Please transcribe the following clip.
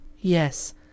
Yes